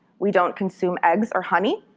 we don't consume eggs or honey.